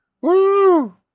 Woo